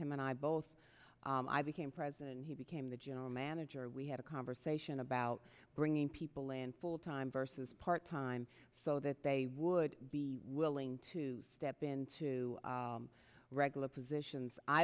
him and i both i became president he became the general manager we had a conversation about bringing people in full time versus part time so that they would be willing to step into regular positions i